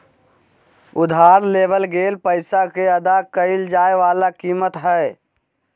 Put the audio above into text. उधार लेवल गेल पैसा के अदा कइल जाय वला कीमत हइ